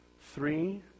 three